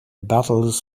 battles